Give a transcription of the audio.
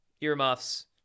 Earmuffs